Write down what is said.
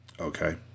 Okay